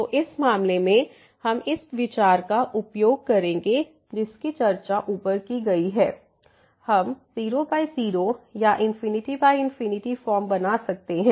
तो इस मामले में हम इस विचार का उपयोग करेंगे जिसकी चर्चा ऊपर की गई है कि हम 00 या ∞∞ फॉर्म बना सकते हैं